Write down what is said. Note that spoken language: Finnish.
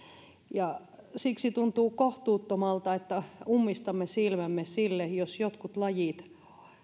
siksi tuntuu kohtuuttomalta että ummistamme silmämme siltä että jotkut lajit